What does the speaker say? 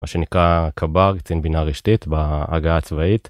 מה שנקרא קבר קצין בינה רשתית בעגה הצבאית.